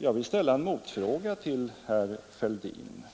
Jag vill rikta en motfråga till herr Fälldin: